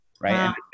right